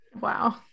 Wow